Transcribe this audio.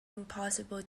impossible